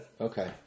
Okay